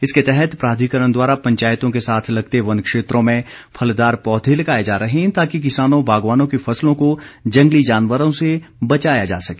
इसके तहत प्राधिकरण द्वारा पंचायतों के साथ लगते वन क्षेत्रों में फलदार पौधे लगाए जा रहे हैं ताकि किसानों बागवानों की फसलों को जंगली जानवरों से बचाया जा सके